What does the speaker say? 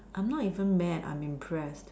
I am not even mad I am impressed